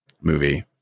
movie